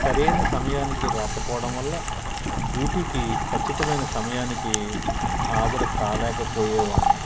సరైన సమయానికి రాకపోడం వల్ల డ్యూటీకి ఖచ్చితమైన సమయానికి హాజరు కాలేకపోయేవాడ్ని